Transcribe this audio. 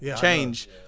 change